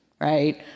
right